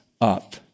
up